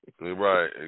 Right